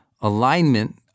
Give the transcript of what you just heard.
alignment